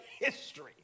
history